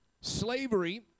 Slavery